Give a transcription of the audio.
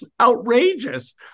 Outrageous